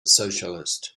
socialist